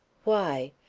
why?